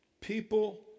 People